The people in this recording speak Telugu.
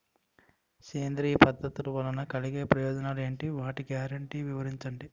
సేంద్రీయ పద్ధతుల వలన కలిగే ప్రయోజనాలు ఎంటి? వాటి గ్యారంటీ వివరించండి?